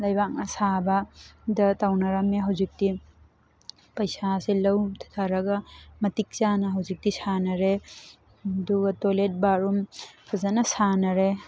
ꯂꯩꯕꯥꯛꯅ ꯁꯥꯕꯗ ꯇꯧꯅꯔꯝꯃꯦ ꯍꯧꯖꯤꯛꯇꯤ ꯄꯩꯁꯥꯁꯦ ꯂꯧꯊꯔꯒ ꯃꯇꯤꯛ ꯆꯥꯅ ꯍꯧꯖꯤꯛꯇꯤ ꯁꯥꯅꯔꯦ ꯑꯗꯨꯒ ꯇꯣꯏꯂꯦꯠ ꯕꯥꯗꯔꯨꯝ ꯐꯖꯅ ꯁꯥꯅꯔꯦ